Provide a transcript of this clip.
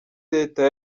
leta